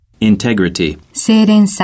Integrity